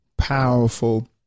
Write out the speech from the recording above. powerful